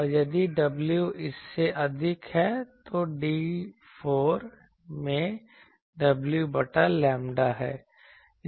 और यदि w इससे अधिक है तो D 4 में w बटा लैम्ब्डा है